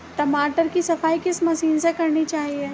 टमाटर की सफाई किस मशीन से करनी चाहिए?